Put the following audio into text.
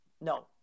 no